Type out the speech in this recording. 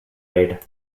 aid